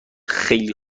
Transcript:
خیلی